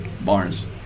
Barnes